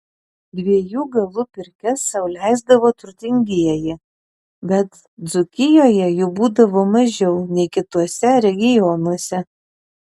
dviejų galų pirkias sau leisdavo turtingieji bet dzūkijoje jų būdavo mažiau nei kituose regionuose